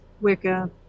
Wicca